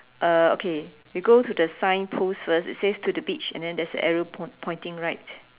uh okay we go to the signpost first it's say to the beach and there's an arrow poin~ pointing right